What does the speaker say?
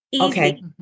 Okay